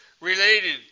related